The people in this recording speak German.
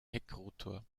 heckrotor